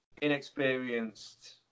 inexperienced